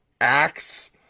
acts